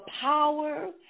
power